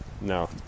No